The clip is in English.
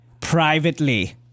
privately